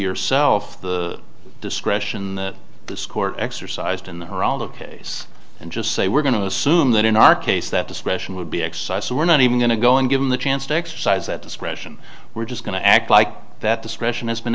yourself the discretion that this court exercised in her all the case and just say we're going to assume that in our case that discretion would be excise we're not even going to go and give them the chance to exercise that discretion we're just going to act like that discretion has been